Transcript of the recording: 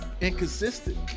inconsistent